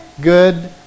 good